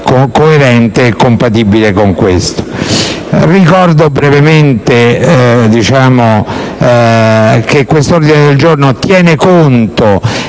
coerente e compatibile. Ricordo brevemente che questo ordine del giorno tiene conto